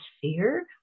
fear